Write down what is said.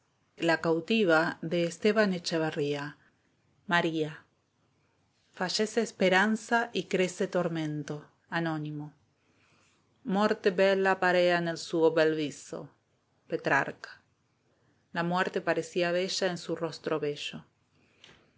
el cielo penetró novena parte maría fallece esperanza y crece tormento anónimo morto bella parea nel suo bel ú petrarca la muerte parecía bella en su rostro bello